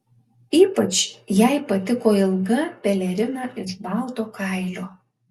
ypač jai patiko ilga pelerina iš balto kailio